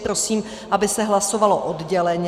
Prosím, aby se hlasovalo odděleně.